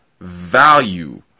value